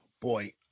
Boy